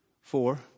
four